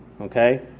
okay